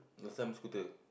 no some scooter